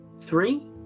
Three